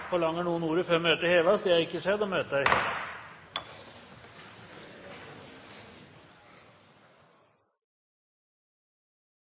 Forlanger noen ordet før møtet heves? – Møtet er